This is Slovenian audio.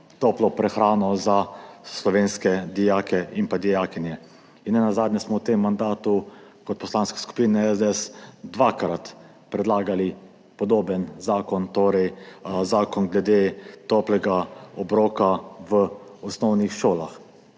toplo prehrano za slovenske dijake in dijakinje. Nenazadnje smo v tem mandatu kot Poslanska skupina SDS dvakrat predlagali podoben zakon, torej zakon glede toplega obroka v osnovnih šolah.